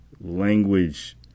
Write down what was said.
language